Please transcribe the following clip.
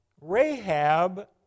Rahab